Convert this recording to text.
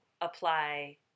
apply